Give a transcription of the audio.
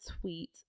tweet